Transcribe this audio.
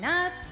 up